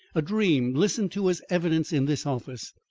a dream listened to as evidence in this office!